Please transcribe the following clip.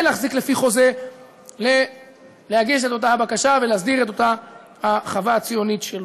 להחזיק לפי חוזה להגיש את אותה בקשה ולהסדיר את אותה חווה ציונית שלו.